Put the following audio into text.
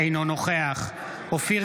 אינו נוכח אופיר